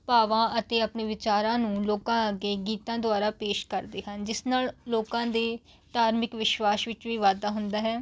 ਆਪਣੇ ਭਾਵਾਂ ਆਪਣੇ ਵਿਚਾਰਾਂ ਨੂੰ ਲੋਕਾਂ ਅੱਗੇ ਗੀਤਾਂ ਦੁਆਰਾ ਪੇਸ਼ ਕਰਦੇ ਹਨ ਜਿਸ ਨਾਲ ਲੋਕਾਂ ਦੇ ਧਾਰਮਿਕ ਵਿਸ਼ਵਾਸ ਵਿੱਚ ਵੀ ਵਾਧਾ ਹੁੰਦਾ ਹੈ